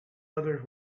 others